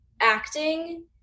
acting